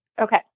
Okay